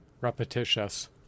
repetitious